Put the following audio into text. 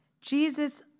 Jesus